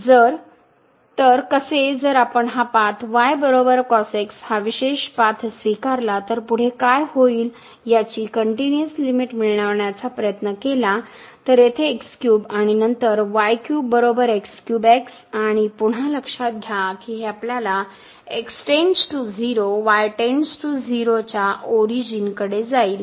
तर कसे जर आपण हा पाथ y cos x हा विशेष पाथ स्वीकारला तर पुढे काय होईल याची कनटिन्यूअस लिमिट मिळविण्याचा प्रयत्न केला तर येथे आणि नंतर आणि पुन्हा लक्षात घ्या की हे आपल्यास x → 0 y → 0 च्या ओरिजिनकडे जाईल